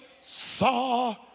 saw